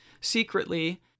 secretly